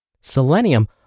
Selenium